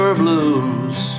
blues